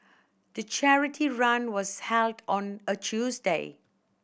the charity run was held on a Tuesday